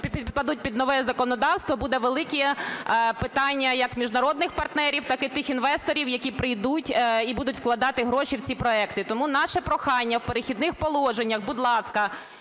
підпадуть під нове законодавство, буде велике питання як міжнародних партнерів, так і тих інвесторів, які прийдуть і будуть вкладати гроші в ці проекти. Тому наше прохання: в "Перехідних положеннях", будь ласка,